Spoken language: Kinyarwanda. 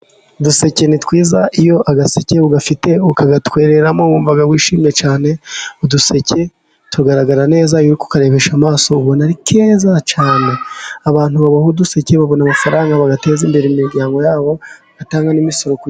Uduseke ni twiza，iyo agaseke ugafite ukagatwereramo，wumva wishimye cyane， uduseke tugaragara neza，uri kukarebesha amaso ukabona ari keza cyane. Abantu baboha uduseke， babona amafaranga bagateza imbere imiryango yabo batanga n'imisoro ku...